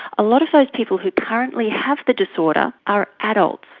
a lot of those people who currently have the disorder are adults,